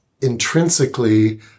intrinsically